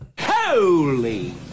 holy